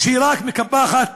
שרק מקפחת